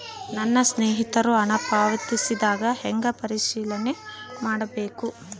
ನನ್ನ ಸ್ನೇಹಿತರು ಹಣ ಪಾವತಿಸಿದಾಗ ಹೆಂಗ ಪರಿಶೇಲನೆ ಮಾಡಬೇಕು?